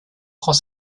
prend